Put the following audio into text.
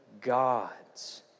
God's